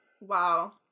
Wow